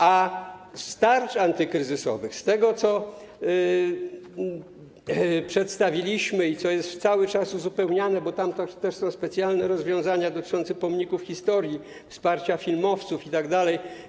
A z tarcz antykryzysowych, z tego, co przedstawiliśmy, i co jest cały czas uzupełniane, bo tam też są specjalne rozwiązania dotyczące pomników historii wsparcia, filmowców itd.... Kazika Staszewskiego.